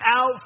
out